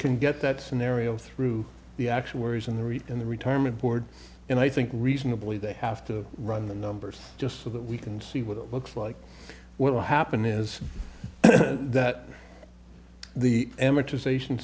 can get that scenario through the actuaries and the reid and the retirement board and i think reasonably they have to run the numbers just so that we can see what it looks like what will happen is that the amortization